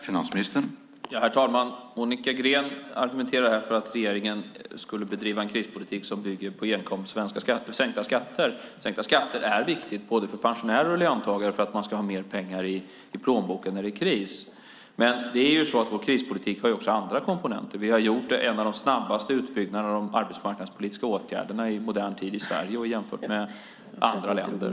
Herr talman! Monica Green argumenterar för att regeringen skulle bedriva en krispolitik som enkom bygger på sänkta skatter. Sänkta skatter är viktiga både för pensionärer och för löntagare för att de ska ha mer pengar i plånboken när det är kris, men vår krispolitik har också andra komponenter. Vi har gjort en av de snabbaste utbyggnaderna av de arbetsmarknadspolitiska åtgärderna i modern tid i Sverige och jämfört med andra länder.